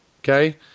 okay